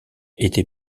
été